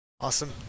awesome